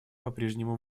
попрежнему